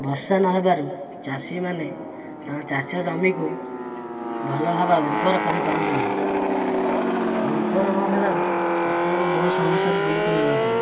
ବର୍ଷା ନହେବାରୁ ଚାଷୀମାନେ ତାଙ୍କ ଚାଷ ଜମିକୁ ଭଲ ଭାବରେ ଉର୍ବର କରିପାରନ୍ତି ନାହିଁ ଉର୍ବର ନ ହେବାରୁ ଚାଷୀମାନେ ବହୁତ ସମସ୍ୟାର ସମ୍ମୁଖୀନ ହେବାକୁ ପଡ଼ନ୍ତି